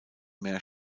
mehr